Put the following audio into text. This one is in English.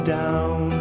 down